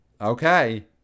Okay